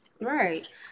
Right